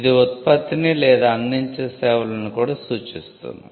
ఇది ఉత్పత్తిని లేదా అందించే సేవలను కూడా సూచిస్తుంది